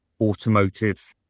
automotive